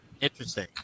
Interesting